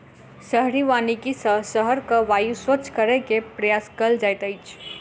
शहरी वानिकी सॅ शहरक वायु स्वच्छ करै के प्रयास कएल जाइत अछि